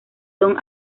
son